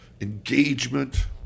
engagement